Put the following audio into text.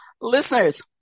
listeners